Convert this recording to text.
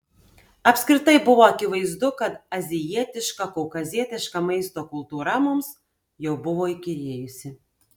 apskritai buvo akivaizdu kad azijietiška kaukazietiška maisto kultūra mums jau buvo įkyrėjusi